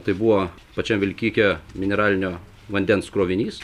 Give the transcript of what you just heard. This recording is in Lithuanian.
tai buvo pačiam vilkike mineralinio vandens krovinys